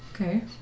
Okay